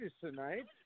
tonight